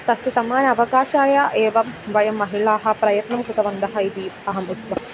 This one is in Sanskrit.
तस्य समा अवकाशाय एवं वयं महिलाः प्रयत्नं कृतवन्तः इति अहं उत्पक्ष्